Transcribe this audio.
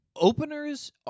Openers